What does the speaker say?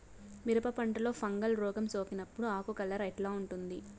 మిరప పంటలో ఫంగల్ రోగం సోకినప్పుడు ఆకు కలర్ ఎట్లా ఉంటుంది?